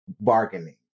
bargaining